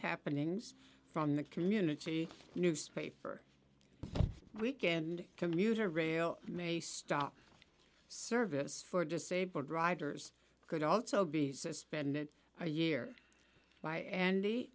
happenings from the community newspaper weekend commuter rail may stop service for disabled riders could also be suspended a year by andy